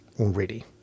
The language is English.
already